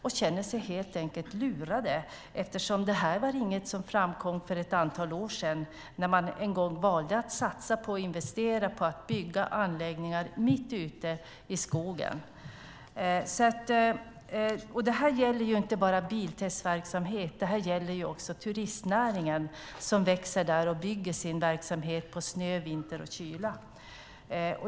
De känner sig helt enkelt lurade eftersom detta inte var något som framkom för ett antal år sedan när man en gång valde att satsa på och investera i att bygga anläggningar mitt ute i skogen. Det här gäller inte bara biltestverksamhet utan också turistnäringen som växer där och bygger sin verksamhet på snö, vinter och kyla.